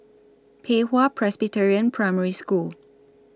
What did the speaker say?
Pei Hwa Presbyterian Primary School